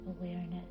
awareness